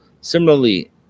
Similarly